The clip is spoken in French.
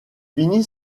finit